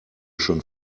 schon